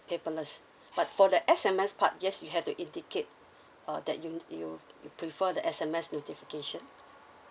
paperless but for that S_M_S part yes you have to indicate err that you you prefer the S_M_S notification